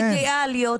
אין.